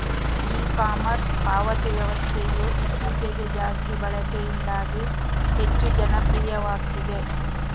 E commerce ಪಾವತಿ ವ್ಯವಸ್ಥೆಯು ಇತ್ತೀಚೆಗೆ ಜಾಸ್ತಿ ಬಳಕೆಯಿಂದಾಗಿ ಹೆಚ್ಚು ಜನಪ್ರಿಯವಾಗ್ತಿದೆ